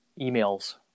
emails